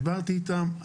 דיברתי איתם.